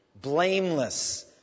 blameless